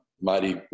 mighty